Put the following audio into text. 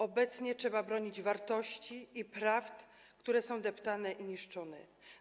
Obecnie trzeba bronić wartości i prawd, które są deptane i niszczone.